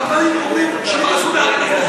הרבנים אומרים שאסור לעלות לשם,